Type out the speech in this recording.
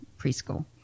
preschool